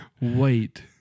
Wait